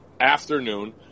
afternoon